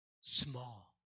small